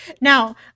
Now